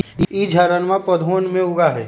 ई झाड़नमा पौधवन में उगा हई